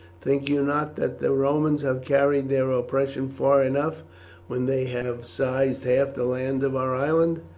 think you not that the romans have carried their oppression far enough when they have seized half the land of our island,